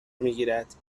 میگیرد